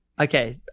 okay